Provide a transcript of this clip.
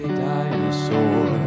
dinosaur